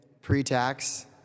pre-tax